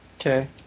Okay